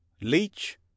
leech